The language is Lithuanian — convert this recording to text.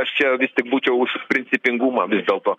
aš čia vis tik būčiau už principingumą vis dėlto